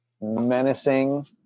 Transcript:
menacing